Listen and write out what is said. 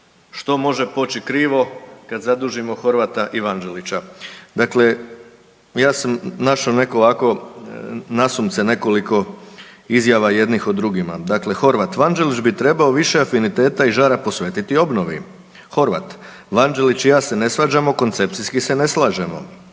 Što može poći krivo kad zadužimo Horvata i Vanđelića. Dakle, ja sam našao neko ovako, nasumice nekoliko izjava jednih o drugima. Dakle, Horvat, Vanđelić bi trebao više afiniteta i žara posvetiti obnovi. Horvat, Vanđelić i ja se ne svađamo, koncepcijski se ne slažemo.